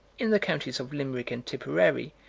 in the counties of limerick and tipperary,